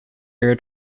air